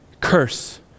curse